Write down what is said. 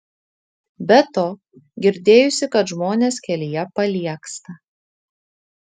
be to girdėjusi kad žmonės kelyje paliegsta